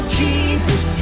jesus